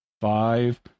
five